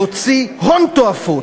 להוציא הון תועפות.